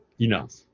enough